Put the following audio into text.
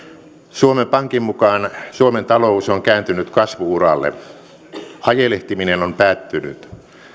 suomen pankin mukaan suomen talous on kääntynyt kasvu uralle ajelehtiminen on päättynyt